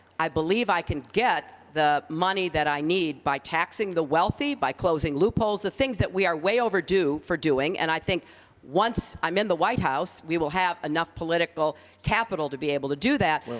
i believe i can get the money that i need by taxing the wealthy, by closing loopholes, the things that we are way overdue for doing. and i think once i'm in the white house we will have enough political capital to be able to do that.